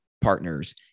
partners